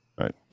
Right